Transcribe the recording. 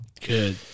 Good